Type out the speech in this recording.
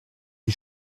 d’y